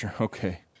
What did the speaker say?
Okay